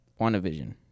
WandaVision